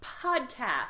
Podcast